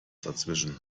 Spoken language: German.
dazwischen